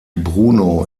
bruno